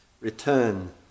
return